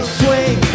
swing